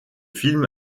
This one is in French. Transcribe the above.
film